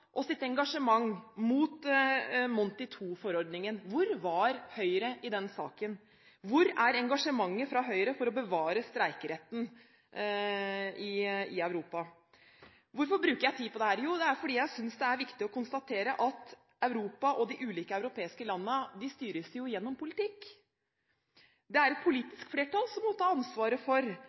Høyre i den saken? Hvor er engasjementet fra Høyre for å bevare streikeretten i Europa? Hvorfor bruker jeg tid på dette? Jo, det er fordi jeg synes det er viktig å konstatere at Europa og de ulike europeiske landene styres gjennom politikk. Det er et politisk flertall som må ta ansvaret for